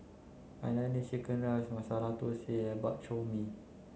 Hainanese chicken rice Masala Thosai and Bak Chor Mee